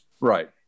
Right